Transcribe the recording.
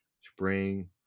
spring